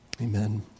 Amen